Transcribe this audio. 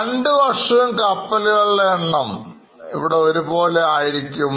രണ്ടു വർഷവും കപ്പലുകളുടെ എണ്ണം ഒരുപോലെ ആയിരിക്കും